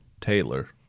Taylor